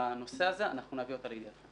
בנושא הזה אנחנו נעביר אותה אליכם.